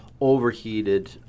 overheated